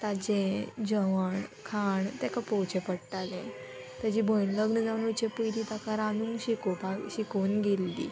ताजें जेवण खाण तेका पोवोचें पडटालें तेजी भयण लग्न जावन वयचें पयलीं ताका रांदूंक शिकोवपाक शिकोवन गेल्लीं